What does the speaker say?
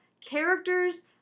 characters